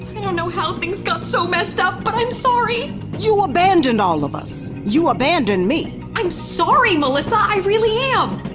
you know how things got so messed up but i'm sorry you abandoned all of us! you abandoned me! i'm sorry, melissa! i really am